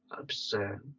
Absurd